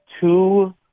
two